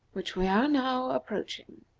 which we are now approaching.